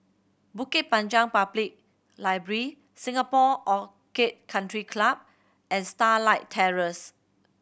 Bukit Panjang Public Library Singapore Orchid Country Club and Starlight Terrace